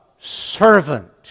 servant